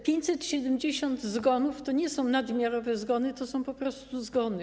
570 zgonów to nie są nadmiarowe zgony, to są po prostu zgony.